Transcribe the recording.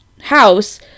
house